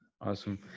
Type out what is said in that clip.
Awesome